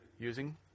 Using